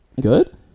Good